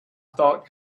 thought